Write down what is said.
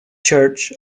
church